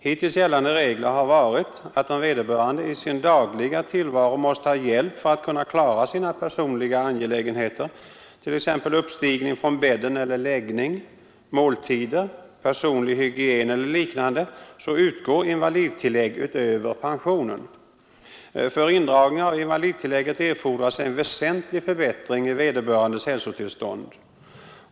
Hittills gällande regler har varit att om vederbörande i sin dagliga tillvaro måste ha hjälp för att kunna klara sina personliga angelägenheter, t.ex. uppstigning från bädden eller läggning, måltider, personlig hygien eller liknande, så utgår invalidtillägg utöver pension. För indragning av invalidtillägget erfordras en väsentlig förbättring i vederbörandes hälsotillstånd.